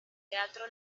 teatro